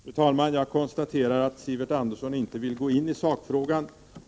Fru talman! Jag noterar att Sivert Andersson inte vill gå in på sakfrågan.